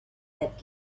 that